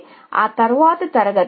కాబట్టి నేను ఈ సెట్ ఉండకూడదు